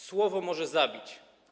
Słowo może zabić.